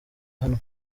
ahanwa